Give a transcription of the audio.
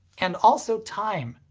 and also time.